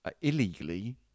illegally